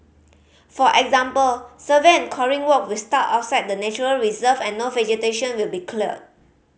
for example survey and coring work will start outside the nature reserve and no vegetation will be cleared